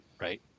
Right